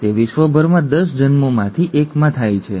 તે વિશ્વભરમાં ૧૦ જન્મોમાંથી ૧ માં થાય છે